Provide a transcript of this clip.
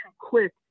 quick